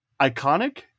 iconic